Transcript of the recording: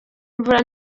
imvura